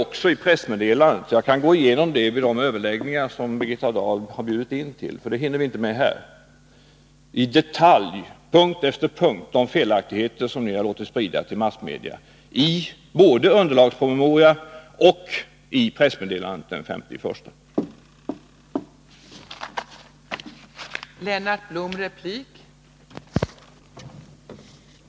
Vid de överläggningar som Birgitta Dahl har inbjudit till kan jag gå igenom pressmeddelandet och i detalj, punkt efter punkt, visa på de övriga felaktigheter som ni låtit sprida till massmedia — både i underlagspromemorian och i pressmeddelandet den 5 januari 1983.